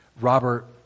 Robert